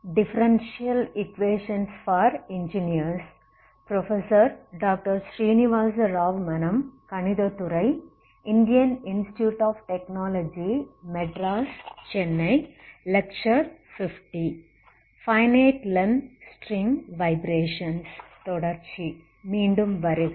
finite length string vibrations தொடர்ச்சி மீண்டும் வருக